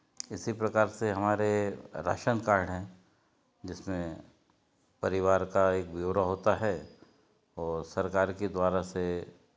इसी प्रकार से हमारे राशन कार्ड हैं जिसमें परिवार का एक ब्यौरा होता है और सरकार के द्वारा से